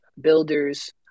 Builders